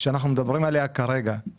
שאנחנו מדברים עליה כרגע,